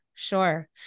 Sure